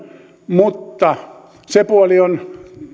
mutta se puoli on